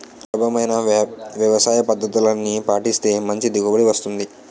సులభమైన వ్యవసాయపద్దతుల్ని పాటిస్తేనే మంచి దిగుబడి వస్తుంది